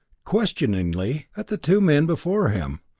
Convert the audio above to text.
questioningly at the two men before him,